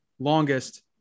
longest